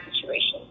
situation